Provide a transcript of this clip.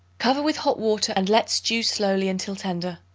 cover with hot water and let stew slowly until tender.